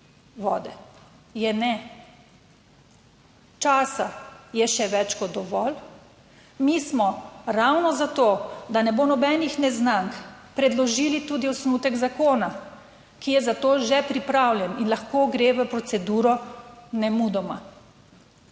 (nadaljevanje) časa je še več kot dovolj. Mi smo ravno zato, da ne bo nobenih neznank, predložili tudi osnutek zakona, ki je za to že pripravljen in lahko gre v proceduro nemudoma.